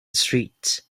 streets